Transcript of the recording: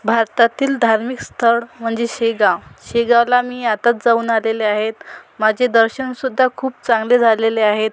भारतातील धार्मिक स्थळ म्हणजे शेगाव शेगावला मी आत्ताच जाऊन आलेले आहे माझे दर्शनसुद्धा खूप चांगले झालेले आहेत